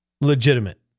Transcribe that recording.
legitimate